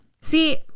See